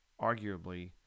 Arguably